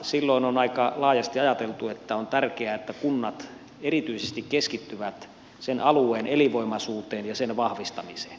silloin on aika laajasti ajateltu että on tärkeää että kunnat erityisesti keskittyvät sen alueen elinvoimaisuuteen ja sen vahvistamiseen